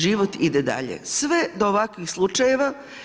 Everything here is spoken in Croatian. Život ide dalje sve do ovakvih slučajeva.